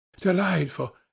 delightful